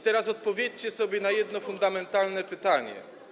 Teraz odpowiedzcie sobie na jedno fundamentalne pytanie.